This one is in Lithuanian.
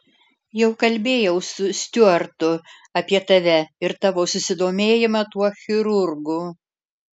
jau kalbėjau su stiuartu apie tave ir tavo susidomėjimą tuo chirurgu